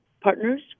partners